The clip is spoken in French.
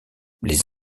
les